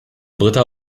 britta